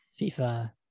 FIFA